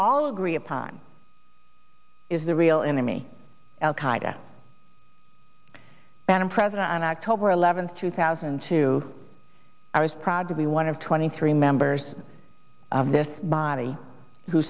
all agree upon is the real enemy al qaeda and i'm president on october eleventh two thousand and two i was proud to be one of twenty three members of this body who